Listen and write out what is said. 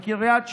בקריית שמונה.